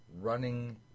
running